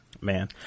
Man